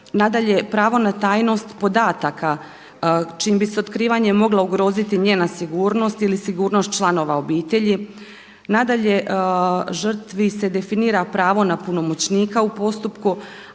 nadalje, pravo na tajnost podataka čim bi se otkrivanje moglo ugroziti njena sigurnost ili sigurnost članova obitelji, žrtvi se definira pravo na punomoćnika u postupku,